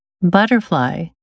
Butterfly